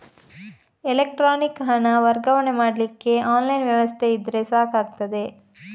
electronic ಹಣ ವರ್ಗಾವಣೆ ಮಾಡ್ಲಿಕ್ಕೆ ಆನ್ಲೈನ್ ವ್ಯವಸ್ಥೆ ಇದ್ರೆ ಸಾಕಾಗ್ತದೆ